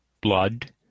Blood